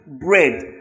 bread